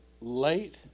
late